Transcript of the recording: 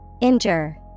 Injure